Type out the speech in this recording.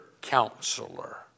counselor